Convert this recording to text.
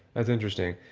that's interesting.